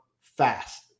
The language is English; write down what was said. fast